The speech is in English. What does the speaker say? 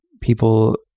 people